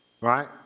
right